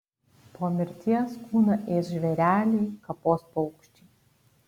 po mirties kūną ės žvėreliai kapos paukščiai